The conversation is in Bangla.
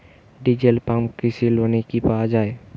ডিজেল পাম্প কৃষি লোনে কি পাওয়া য়ায়?